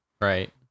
Right